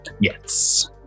Yes